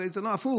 הרי הפוך.